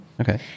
Okay